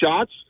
shots